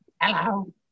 Hello